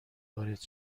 وارد